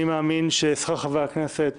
אני מאמין ששכר חברי הכנסת